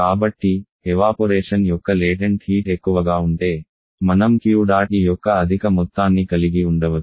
కాబట్టి ఎవాపొరేషన్ యొక్క latent heat ఎక్కువగా ఉంటే మనం Q డాట్ E యొక్క అధిక మొత్తాన్ని కలిగి ఉండవచ్చు